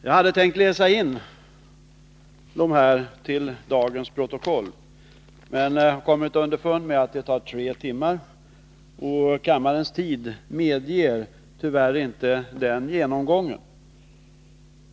Jag hade tänkt läsa in dem till dagens protokoll, men jag har kommit underfund med att det skulle ta tre timmar, och kammarens tid medger tyvärr inte den genomgången.